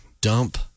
Dump